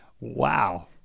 Wow